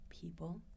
people